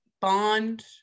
bond